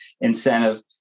incentive